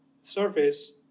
surface